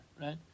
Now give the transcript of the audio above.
right